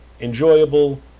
enjoyable